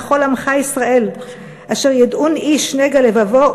לכל עמך ישראל אשר ידעון איש נגע לבבו,